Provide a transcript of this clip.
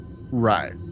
right